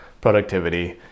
productivity